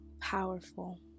powerful